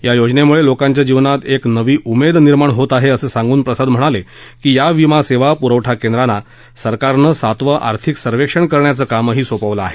या योजनेमुळे लोकांच्या जीवनात एक नवी उमेद निर्माण होत आहे असं सांगून प्रसाद म्हणाले की या विमा सेवा पुरवठा केंद्रांना सरकारनं सातवं आर्थिक सर्वेक्षण करण्याचं कामही सोपवलं आहे